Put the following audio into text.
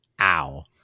Ow